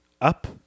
up